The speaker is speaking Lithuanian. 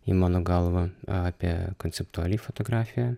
į mano galvą apie konceptuali fotografija